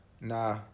nah